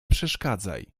przeszkadzaj